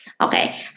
okay